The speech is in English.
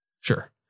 Sure